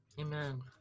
Amen